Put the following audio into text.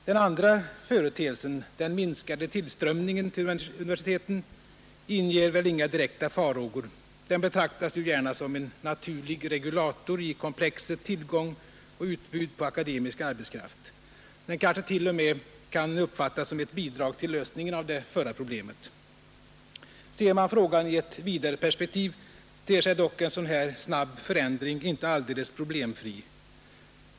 Den andra företeelsen, den minskade tillströmningen till universiteten, inger väl inga direkta farhågor; den betraktas ju gärna som en naturlig regulator i komplexet tillgång och utbud på akademisk arbetskraft. Den kanske t.o.m. kan uppfattas som ett bidrag till lösningen av det förra problemet. Ser man frågan i ett vidare perspektiv ter sig dock en sådan här snabb förändring inte alldeles problemfri.